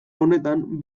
honetan